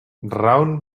round